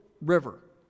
River